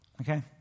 Okay